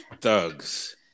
Thugs